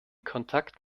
kontakt